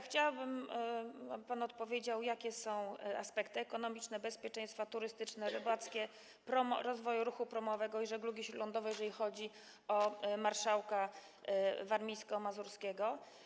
Chciałabym, aby pan odpowiedział, jakie są aspekty ekonomiczne, bezpieczeństwa, turystyczne i rybackie rozwoju ruchu promowego i żeglugi śródlądowej, jeżeli chodzi o marszałka warmińsko-mazurskiego.